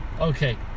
Okay